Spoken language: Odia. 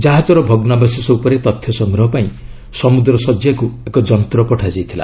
କାହାକର ଭଗ୍ନାବଶେଷ ଉପରେ ତଥ୍ୟ ସଂଗ୍ରହ ପାଇଁ ସମୁଦ୍ର ଶଯ୍ୟାକୁ ଏକ ଯନ୍ତ୍ର ପଠାଯାଇଥିଲା